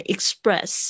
Express